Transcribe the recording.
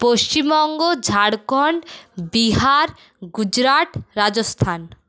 Paschimbanga Jharkhand Bihar Gujarat Rajasthan